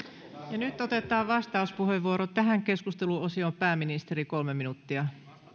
ja nyt otetaan vastauspuheenvuoro tähän keskusteluosioon pääministeri kolme minuuttia